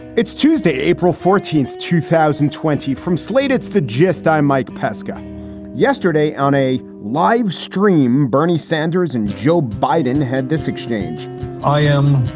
it's tuesday, april fourteenth, two thousand and twenty from slate's the gist. i'm mike pesca yesterday on a livestream, bernie sanders and joe biden had this exchange i am